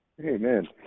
Amen